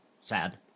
sad